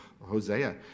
Hosea